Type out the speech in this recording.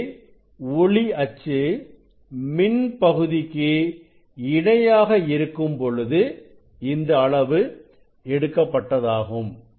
இங்கே ஒளி அச்சு மின் பகுதிக்கு இணையாக இருக்கும்பொழுது இந்த அளவு எடுக்கப்பட்டதாகும்